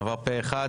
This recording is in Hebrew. עבר פה אחד.